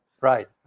Right